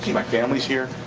my family's here,